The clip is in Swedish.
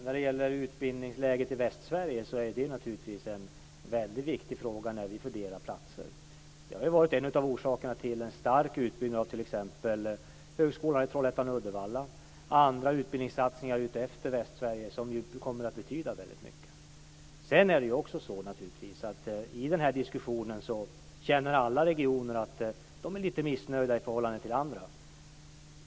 Fru talman! Utbildningsläget i Västsverige är naturligtvis en mycket viktig fråga när vi fördelar platser. Det har varit en av orsakerna till en stark utbyggnad av t.ex. högskolan i Trollhättan och Uddevalla och andra utbildningssatsningar i Västsverige, som kommer att betyda väldigt mycket. Sedan är det naturligtvis också så att i den här diskussionen känner alla regioner att de är lite missnöjda i förhållande till andra.